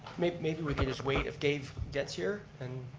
maybe maybe we could just wait, if dave gets here? and